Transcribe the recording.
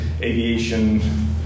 Aviation